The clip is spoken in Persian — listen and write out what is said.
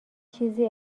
چیزی